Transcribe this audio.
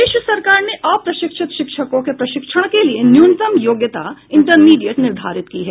प्रदेश सरकार ने अप्रशिक्षित शिक्षकों के प्रशिक्षण के लिये न्यूनतम योग्यता इंटरमीडिएट निर्धारित की है